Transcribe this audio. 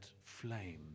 flame